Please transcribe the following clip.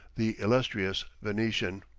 the illustrious venetian.